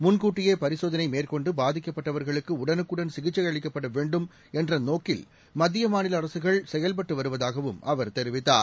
முன்கூட்டியேபரிசோதனைமேற்கொண்டுபாதிக்கப்பட்டவர்களுக்குஉடனுக்குடன் சிகிச்சைஅளிக்கப்படவேண்டும் என்றநோக்கில் மத்தியமாநிலஅரசுகள் செயல்பட்டுவருவதாகவும் அவா தெரிவித்தார்